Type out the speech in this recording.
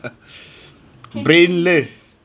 brainless